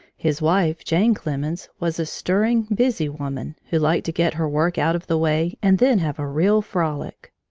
his wife, jane clemens, was a stirring, busy woman, who liked to get her work out of the way and then have a real frolic.